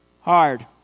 hard